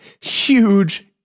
huge